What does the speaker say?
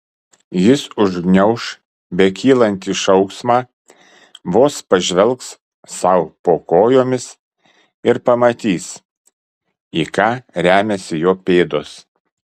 jis užgniauš bekylantį šauksmą vos pažvelgs sau po kojomis ir pamatys į ką remiasi jo pėdos